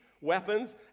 weapons